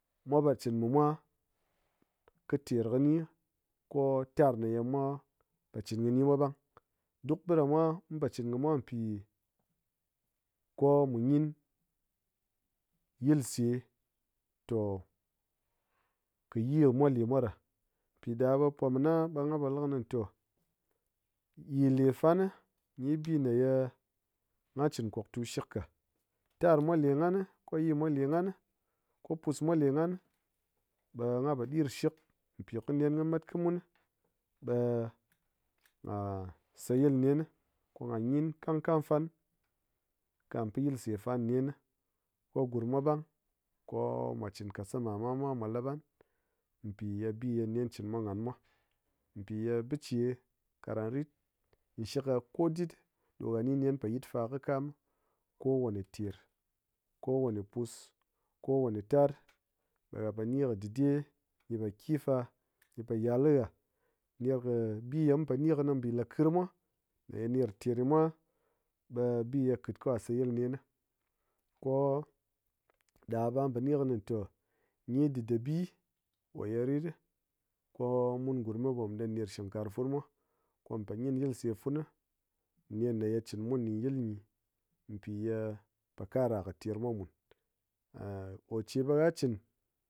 Mwa po chin mi mwa kɨ ter ye mwa po chɨn kɨni ɓang duk ɓiɗamwa mu po chɨn kɨni a pi ko mu ngyin yilse to-kɨyi mwa lemwa ɗa. Piɗa ɓe pomina ɓe ngha polikini tɔ yii le fan ba bi ye ngha chin kwaktu shik ka, tar mwaq le nghan, ko yii mwa le nghan ko pus mwa le nghan ɓe ngha po ɗirshik pi kɨ nen kɨ mat kɨ mun ɓe ngha sayil nen kɨ ngha gyi kam kam fan, kɨ ngha pin yilse fan nen ko gurm mwa ɓang ko-o mwa chin kassama mwa mwa kɨ mwa lap nghan pi ye bi ye nen pochin mwa nghan mwa pi ye biche kiran rit shik ha kodit ɗo ha ni nen po yit fa kɨ kam kowane ter, kowane pus, kowane tar, ha po ni kɨ ɗide gyi po kii fa, gyi po yal kɨ ha ner kɨ bi ye mupo ni kɨni bi lakyir mwa, er ner ki tergyi mwa ɓe bi ye ha kit ka sauil nen, koɗa ɓe ngha po ni kɨni tɔ, gyi dide bi koye ritɗi ko-o mun gurm mwa ɓe mu ɗan ner kɨ shingkarang funu mwa ko mupo ngyin yilse fun nen ne ye chin mun ɗin yil ngyi pi ye-e po kara ki termwa mun, koche ɓe ha chin